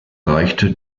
reichte